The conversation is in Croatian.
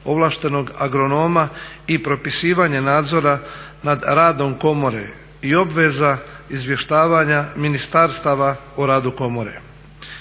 ovlaštenog agronoma i propisivanje nadzora nad radom komore i obveza izvještavanja ministarstava o radu komore.